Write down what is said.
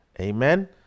amen